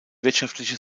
wirtschaftliche